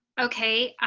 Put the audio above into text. okay,